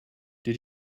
did